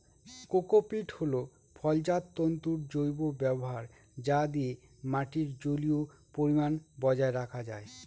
cocopeat হল ফলজাত তন্তুর জৈব ব্যবহার যা দিয়ে মাটির জলীয় পরিমান বজায় রাখা যায়